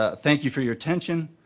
ah thank you for your attention,